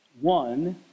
one